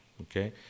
okay